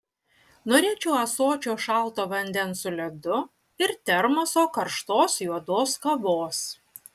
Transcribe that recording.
norėčiau ąsočio šalto vandens su ledu ir termoso karštos juodos kavos